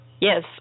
yes